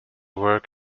work